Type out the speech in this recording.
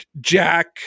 Jack